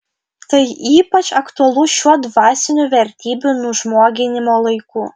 tai ypač aktualu šiuo dvasinių vertybių nužmoginimo laiku